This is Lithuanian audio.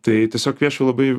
tai tiesiog kviesčiau labai